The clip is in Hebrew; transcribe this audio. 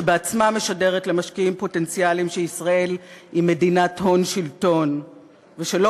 שבעצמה משדרת למשקיעים פוטנציאליים שישראל היא מדינת הון-שלטון ושלא